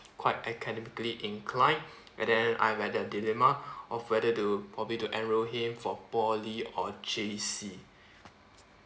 quite academically incline and then I'm at the dilemma of whether do probably to enroll him for poly or J_C